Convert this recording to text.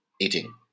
eating